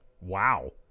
wow